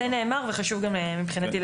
את מתחברת בעצם למה שלילך אמרה.